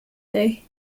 they